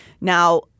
Now